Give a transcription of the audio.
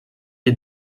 est